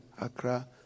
Accra